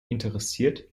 interessiert